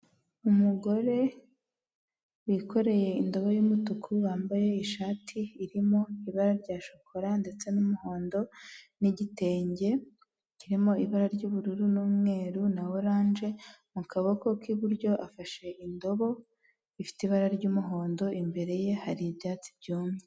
Umugore wikoreye indobo yumutuku wambaye ishati irimo ibara rya shokora ndetse n'umuhondo n'igitenge kirimo ibara ry'ubururu n'umweruru na oranje mu kaboko k'iburyo afashe indobo ifite ibara ry'umuhondo imbere ye hari ibyatsi byumye.